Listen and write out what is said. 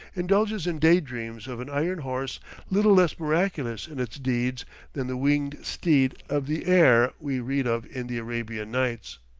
indulges in day-dreams of an iron horse little less miraculous in its deeds than the winged steed of the air we read of in the arabian nights.